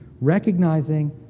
recognizing